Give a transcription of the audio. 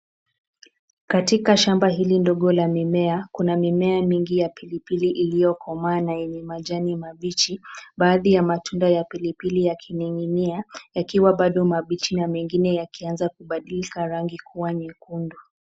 Katika shamba hili ndogo la mimea, kuna mimea mingi ya pilipili iliyokomaa na yenye majani mabichi. Baadhi ya matunda ya pilipili yakining'inia, yakiwa bado mabichi na mengine yakianza kubadilika rangi kuwa nyekundu.